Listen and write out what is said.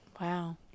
Wow